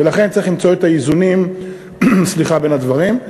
ולכן צריך למצוא את האיזונים בין הדברים.